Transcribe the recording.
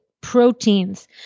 proteins